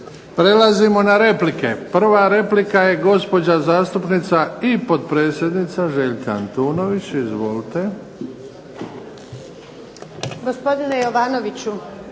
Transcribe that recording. Prelazimo na replike. Prva replika je gospođa zastupnica i potpredsjednica Željka Antunović. Izvolite. **Antunović,